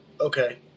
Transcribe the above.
Okay